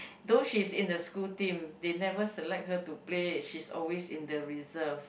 though she's in the school team they never select her to play she's always in the reserved